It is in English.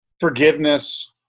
forgiveness